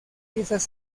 piezas